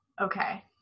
okay